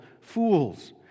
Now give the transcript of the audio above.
fools